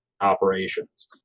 operations